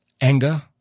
anger